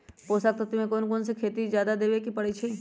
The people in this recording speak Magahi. पोषक तत्व क कौन कौन खेती म जादा देवे क परईछी?